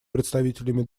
представителями